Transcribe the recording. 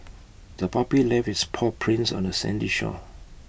the puppy left its paw prints on the sandy shore